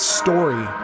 story